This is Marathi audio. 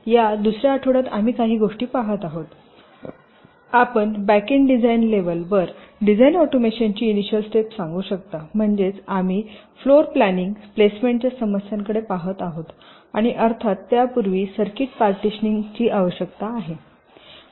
या दुसर्या आठवड्यात आम्ही काही गोष्टी पहात आहोत आपण बॅकएंड डिझाइन लेवल वर डिझाइन ऑटोमेशनची इनिशिअल स्टेप सांगू शकता म्हणजेच आम्ही फ्लोर प्लॅनिंग प्लेसमेंटच्या समस्यांकडे पाहत आहोत आणि अर्थात त्यापूर्वी सर्किट पार्टीशनिंग आवश्यकता आहे